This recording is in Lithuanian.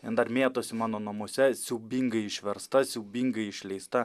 jin dar mėtosi mano namuose siaubingai išversta siaubingai išleista